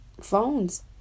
phones